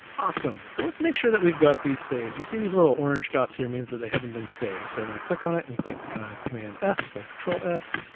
awesome, so let's make sure that we've got these saved. do you see these little orange dots here? means that they haven't been saved. so i'm gonna click on it, and click command s, or control s,